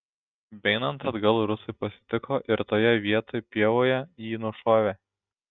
beeinant atgal rusai pasitiko ir toje vietoj pievoje jį nušovė